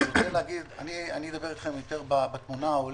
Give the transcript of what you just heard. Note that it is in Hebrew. אני אדבר אתכם בתמונה ההוליסטית,